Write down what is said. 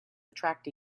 attract